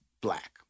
black